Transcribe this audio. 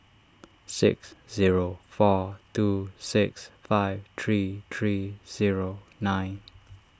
six zero four two six five three three zero nine